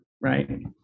right